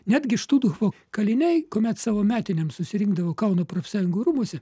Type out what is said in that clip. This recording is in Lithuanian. netgi štuthofo kaliniai kuomet savo metinėms susirinkdavo kauno profsąjungų rūmuose